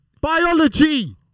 biology